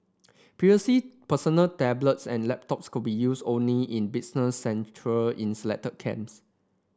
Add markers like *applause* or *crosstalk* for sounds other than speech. *unintelligible* personal tablets and laptops could be used only in business centre in selected camps